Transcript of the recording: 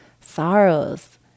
sorrows